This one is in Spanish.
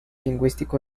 lingüístico